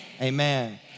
Amen